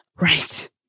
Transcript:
Right